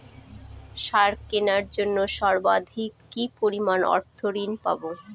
সার কেনার জন্য সর্বাধিক কি পরিমাণ অর্থ ঋণ পাব?